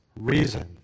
reason